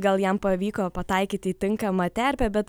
gal jam pavyko pataikyti į tinkamą terpę bet